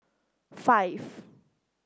five